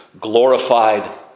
Glorified